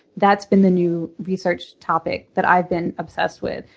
that's been the new research topic that i've been obsessed with,